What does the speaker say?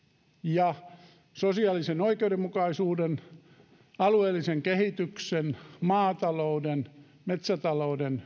ja sosiaalisen oikeudenmukaisuuden alueellisen kehityksen maatalouden ja metsätalouden